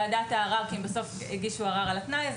ועדת הערר הם הגישו ערר על התנאי הזה